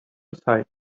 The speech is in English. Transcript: aside